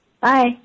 Bye